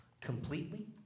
Completely